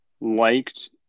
liked